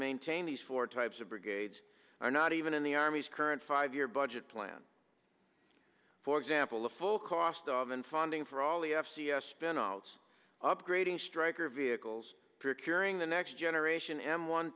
maintain these four types of brigades are not even in the army's current five year budget plan for example the full cost of in funding for all the f c s benares upgrading stryker vehicles for curing the next generation m one